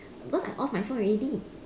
because I off my phone already